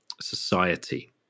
society